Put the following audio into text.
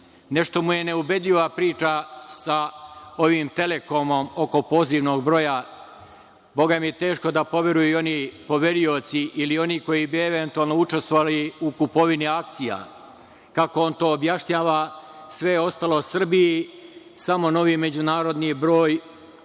Nešto mu je neubedljiva priča sa ovim Telekomom oko pozivnog broja, Bogami teško da poveruju i oni poverioci ili oni koji bi eventualno učestvovali u kupovini akcija. Kako on to objašnjava, sve ostalo Srbiji samo novi međunarodni broj